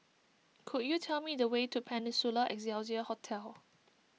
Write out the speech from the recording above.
could you tell me the way to Peninsula Excelsior Hotel